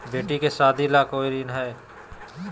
बेटी के सादी ला कोई ऋण हई?